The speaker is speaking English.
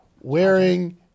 wearing